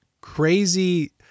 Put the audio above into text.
crazy